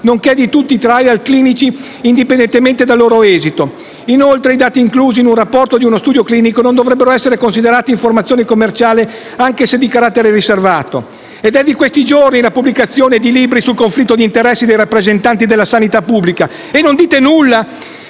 nonché di tutti i *trial* clinici, indipendentemente dal loro esito? Inoltre, i dati inclusi nel rapporto su uno studio clinico non dovrebbero essere considerati informazioni commerciali, anche se di carattere riservato. È di questi giorni la pubblicazione di libri sul conflitto di interessi di rappresentanti della sanità pubblica: non dite nulla?